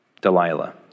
Delilah